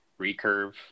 recurve